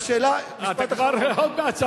אתה עוד מעט,